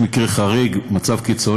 שהיום יש מקרה חריג, מצב קיצוני,